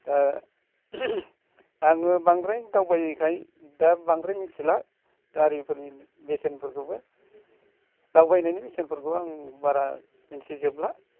दा आङो बांद्राय दावबायिखाय दा बांद्राय मिथिला गारिफोरनि बेसेनफोरखौबो दावबायनायनि बेसेनफोरखौबो आं बारा मिन्थिजोबला